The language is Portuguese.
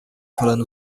falando